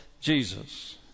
Jesus